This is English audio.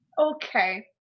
Okay